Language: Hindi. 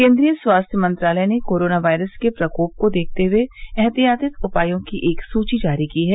केन्द्रीय स्वास्थ्य मंत्रालय ने कोरोना वायरस के प्रकोप को देखते हए एहतियाती उपायों की एक सुची जारी की है